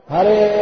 Hare